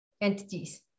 entities